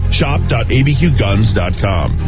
shop.abqguns.com